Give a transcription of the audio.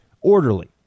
orderly